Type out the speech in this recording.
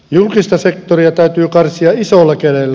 julkista sektoria täytyy karsia isolla kädellä